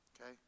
Okay